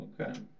Okay